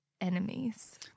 enemies